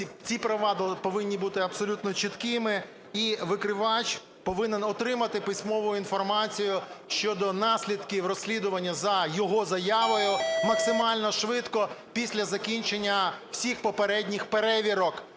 ці права повинні бути абсолютно чіткими, і викривач повинен отримати письмову інформацію щодо наслідків розслідування за його заявою максимально швидко після закінчення всіх попередніх перевірок,